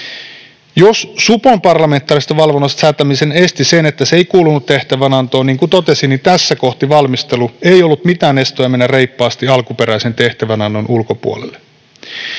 Jos supon parlamentaarisesta valvonnasta säätämisen esti se, että se ei kuulunut tehtävänantoon, niin kuin totesin, niin tässä kohtaa valmistelua ei ollut mitään estoja mennä reippaasti alkuperäisen tehtävänannon ulkopuolelle.